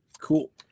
Cool